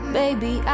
baby